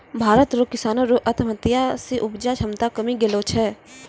भारत रो किसानो रो आत्महत्या से उपजा क्षमता कमी गेलो छै